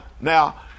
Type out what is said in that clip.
now